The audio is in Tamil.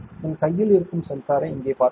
என் கையில் இருக்கும் சென்சாரை இங்கே பார்க்கலாம்